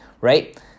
right